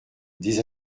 des